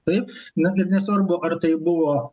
taip na ir nesvarbu ar tai buvo